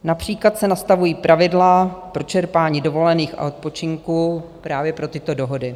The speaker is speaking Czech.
Například se nastavují pravidla pro čerpání dovolených a odpočinku právě pro tyto dohody.